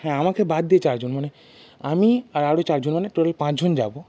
হ্যাঁ আমাকে বাদ দিয়ে চারজন মানে আমি আর আরো চার জন মানে টোটাল পাঁচ জন যাব